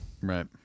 right